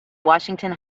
washington